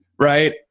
Right